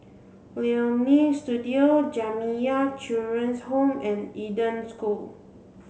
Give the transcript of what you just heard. Leonie Studio Jamiyah Children's Home and Eden School